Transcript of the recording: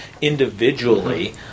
individually